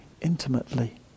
intimately